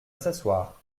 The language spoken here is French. s’asseoir